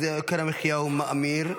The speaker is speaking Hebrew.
אז יוקר המחיה מאמיר.